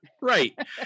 Right